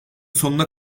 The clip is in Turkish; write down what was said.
sonuna